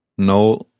No